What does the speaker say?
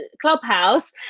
Clubhouse